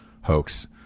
hoax